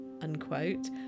unquote